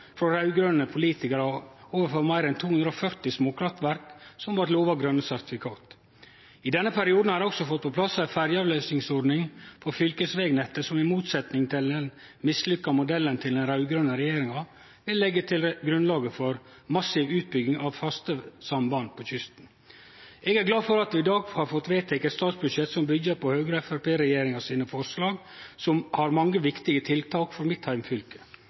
frå raud-grøne politikarar overfor meir enn 240 småkraftverk som var lova grøne sertifikat. I denne perioden har ein også fått på plass ei ferjeavløysingsordning for fylkesvegnettet, som i motsetning til den mislukka modellen til den raud-grøne regjeringa vil leggje grunnlaget for massiv utbygging av faste samband på kysten. Eg er glad for at vi i dag får vedteke eit statsbudsjett som byggjer på Høgre–Framstegsparti-regjeringa sine forslag, som har mange viktige tiltak for mitt heimfylke,